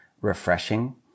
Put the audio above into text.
refreshing